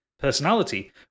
personality